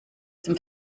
dem